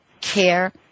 care